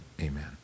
Amen